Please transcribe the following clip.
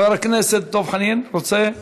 חבר הכנסת דב חנין, רוצה?